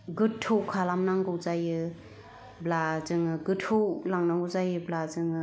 गोथौ खालांनांगौ जायोब्ला जोहो गोथौ लांनांगौ जायोब्ला जोङो